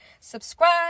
subscribe